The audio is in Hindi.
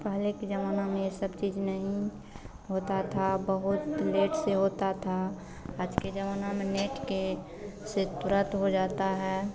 पहले के ज़माना में यह सब चीज़ नहीं होती थी बहुत लेट से होती थी आज के ज़माना में नेट के से तुरन्त हो जाता है